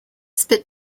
spit